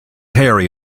harry